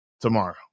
tomorrow